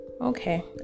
okay